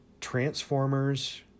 Transformers